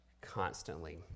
constantly